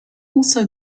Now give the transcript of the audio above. also